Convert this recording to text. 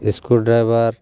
screw driver